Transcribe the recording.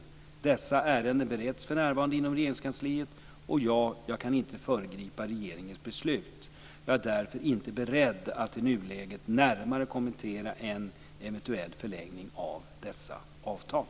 Dessa ärenden bereds för närvarande inom Regeringskansliet, och jag kan inte föregripa regeringens beslut. Jag är därför inte beredd att i nuläget närmare kommentera en eventuell förlängning av dessa avtal.